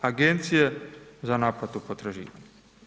Agencije za naplatu potraživanja.